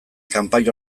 kanpai